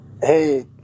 Hey